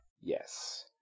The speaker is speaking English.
Yes